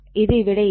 ഇത് ഇവിടെ ഇല്ല